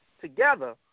together